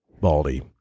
Baldy